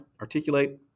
articulate